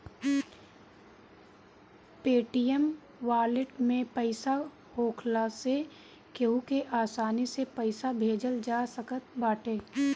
Paytm wallet में पईसा होखला से केहू के आसानी से पईसा भेजल जा सकत बाटे